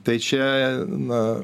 tai čia na